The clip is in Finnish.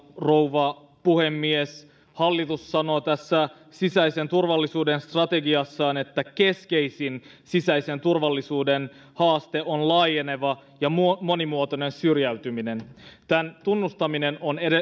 rouva puhemies hallitus sanoo tässä sisäisen turvallisuuden strategiassaan että keskeisin sisäisen turvallisuuden haaste on laajeneva ja monimuotoinen syrjäytyminen tämän tunnustaminen on